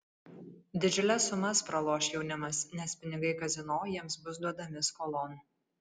didžiules sumas praloš jaunimas nes pinigai kazino jiems bus duodami skolon